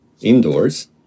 indoors